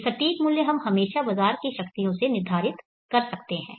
ये सटीक मूल्य हम हमेशा बाजार की शक्तियों से निर्धारित कर सकते हैं